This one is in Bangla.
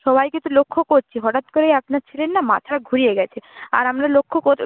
সবাইকে তো লক্ষ্য করছি হঠাৎ করেই আপনার ছেলের না মাথা ঘুরিয়ে গেছে আর আমরা লক্ষ্য করে